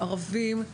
ערבים,